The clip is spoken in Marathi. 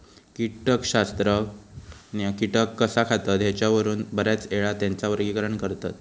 कीटकशास्त्रज्ञ कीटक कसा खातत ह्येच्यावरून बऱ्याचयेळा त्येंचा वर्गीकरण करतत